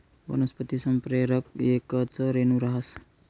वनस्पती संप्रेरक येकच रेणू रहास